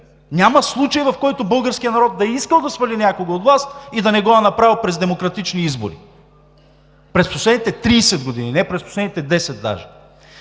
Няма случай, в който българският народ да е искал да свали някого от власт и да не го е направил през демократични избори през последните 30 години, не през последните десет